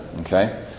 Okay